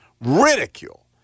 ridicule